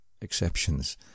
exceptions